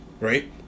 right